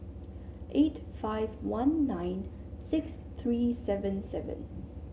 eight five one nine six three seven seven